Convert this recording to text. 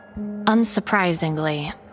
Unsurprisingly